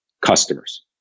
customers